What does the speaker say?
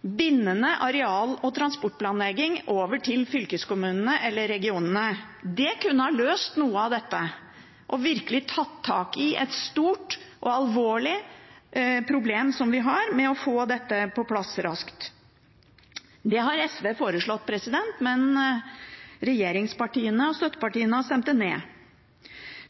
bindende areal- og transportplanlegging over til fylkeskommunene eller regionene. Det kunne ha løst noe av dette og virkelig tatt tak i et stort og alvorlig problem ved å få dette på plass raskt. Det har SV foreslått, men regjeringspartiene og støttepartiene har stemt det ned.